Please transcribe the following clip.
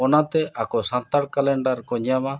ᱚᱱᱟᱛᱮ ᱟᱠᱚ ᱥᱟᱱᱛᱟᱲ ᱠᱟᱞᱮᱱᱰᱟᱨ ᱠᱚ ᱧᱟᱢᱟ